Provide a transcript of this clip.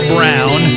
Brown